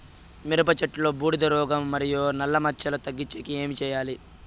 మిరప చెట్టులో బూడిద రోగం మరియు నల్ల మచ్చలు తగ్గించేకి ఏమి చేయాలి?